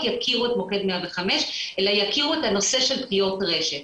יכירו את מוקד 105 אלא יכירו את הנושא של פגיעות רשת.